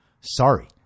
Sorry